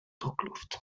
druckluft